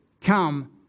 come